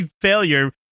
failure